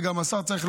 וגם השר צריך,